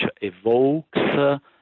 evokes